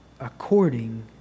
according